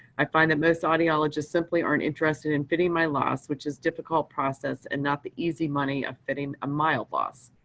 i find that most audiologists simply aren't interested in fitting my loss, which is difficult process and not the easy money of fitting a mild loss.